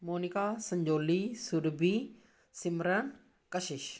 Monika Sanjoli Surbhi Simrat Kashish